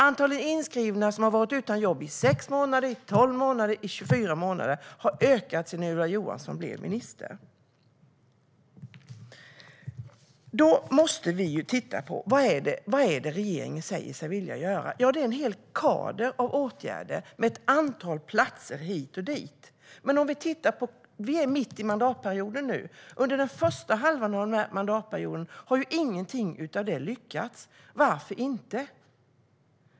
Antalet inskrivna som har varit utan jobb i 6, 12 eller 24 månader har ökat sedan Ylva Johansson blev minister. Då måste vi ju titta på vad regeringen säger sig vilja göra. Ja, det är en hel kader av åtgärder med ett antal platser hit och dit. Men vi är mitt i mandatperioden nu, och under den första halvan av mandatperioden har ingenting av detta lyckats. Varför inte?